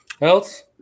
else